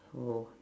oh